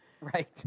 Right